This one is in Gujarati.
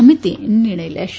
સમિતિ નિર્ણય લેશે